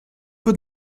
peut